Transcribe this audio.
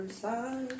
side